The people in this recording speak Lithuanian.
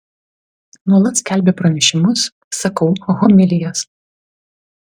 nuolat skelbiu pranešimus sakau homilijas